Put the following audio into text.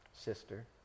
sister